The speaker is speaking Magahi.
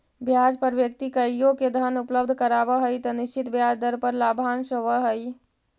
ब्याज पर व्यक्ति कोइओ के धन उपलब्ध करावऽ हई त निश्चित ब्याज दर पर लाभांश होवऽ हई